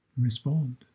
respond